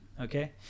Okay